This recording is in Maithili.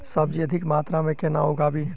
सब्जी अधिक मात्रा मे केना उगाबी?